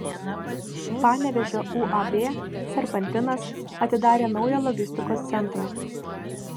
panevėžio uab serpantinas atidarė naują logistikos centrą